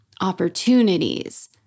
opportunities